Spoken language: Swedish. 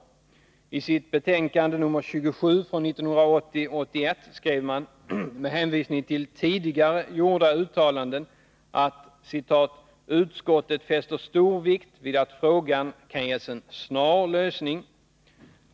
I sitt betänkande 27 från 1980/81 skrev utskottet — med hänvisning till tidigare gjorda uttalanden — att ”utskottet fäster stor vikt vid att frågan ——— kan ges en snar lösning”.